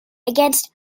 against